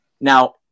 Now